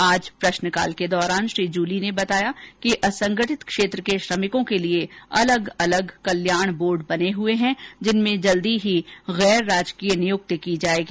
आज प्रश्नकाल के दौरान श्री जूली ने बताया कि असंगठित क्षेत्र के श्रमिकों के लिए अलग अलग कल्याण बोर्ड बने हुए हैं जिनमें जल्द ही गैर राजकीय नियुक्ति की जाएगी